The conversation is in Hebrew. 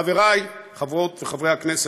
חברי חברות וחברי הכנסת,